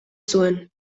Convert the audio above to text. zuen